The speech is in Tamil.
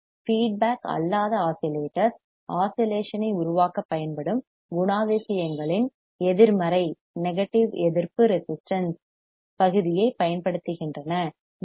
ஃபீட்பேக் அல்லாத ஆஸிலேட்டர்ஸ் ஆஸிலேஷன் ஐ உருவாக்கப் பயன்படும் குணாதிசயங்களின் எதிர்மறை நெகட்டிவ் எதிர்ப்புப் ரெசிஸ்டன்ஸ் பகுதியைப் பயன்படுத்துகின்றன யு